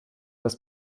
das